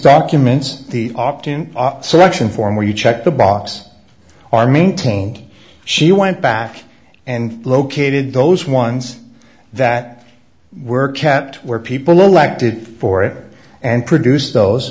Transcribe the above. documents the opt in selection form where you check the box are maintained she went back and located those ones that were kept where people elected for it and produced those